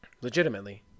Legitimately